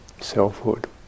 selfhood